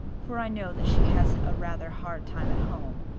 for i know that she has a rather hard time at home,